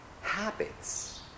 habits